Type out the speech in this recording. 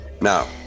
now